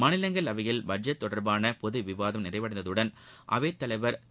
மாநிலங்களவையில் பட்ஜெட் தொடர்பாள பொது விவாதம் நிறைவடைந்தவுடன் அவைத் தலைவர் திரு